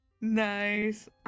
Nice